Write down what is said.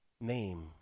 name